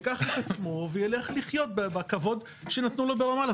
ייקח את עצמו וילך לחיות בכבוד שנתנו לו ברמאללה,